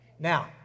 Now